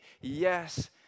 yes